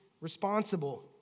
responsible